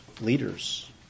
leaders